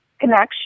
connection